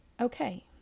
Okay